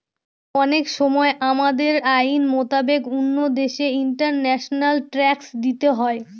অনেক সময় আমাদের আইন মোতাবেক অন্য দেশে ইন্টারন্যাশনাল ট্যাক্স দিতে হয়